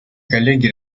коллеги